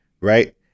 Right